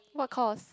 what course